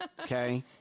okay